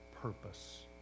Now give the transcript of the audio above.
purpose